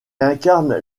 incarnent